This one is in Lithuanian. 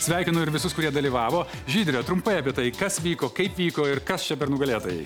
sveikinu ir visus kurie dalyvavo žydre trumpai apie tai kas vyko kaip vyko ir kas čia per nugalėtojai